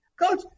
coach